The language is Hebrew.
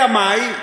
אלא מאי?